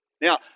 Now